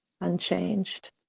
unchanged